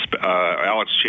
Alex